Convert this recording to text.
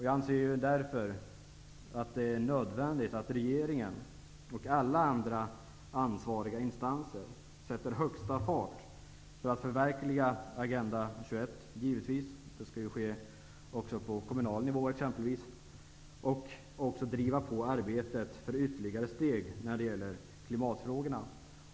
Det är därför nödvändigt att regeringen och alla andra ansvariga instanser med största fart förverkligar Agenda 21 -- det skall ju ske också på kommunal nivå t.ex. -- och att man driver på arbetet för ytterligare steg när det gäller klimatfrågorna.